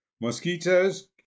Mosquitoes